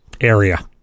area